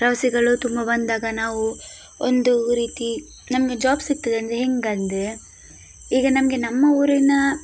ಪ್ರವಾಸಿಗಳು ತುಂಬ ಬಂದಾಗ ನಾವು ಒಂದು ರೀತಿ ನಮಗೆ ಜಾಬ್ ಸಿಗ್ತದೆ ಅಂದರೆ ಹೆಂಗಂದರೆ ಈಗ ನಮಗೆ ನಮ್ಮ ಊರಿನ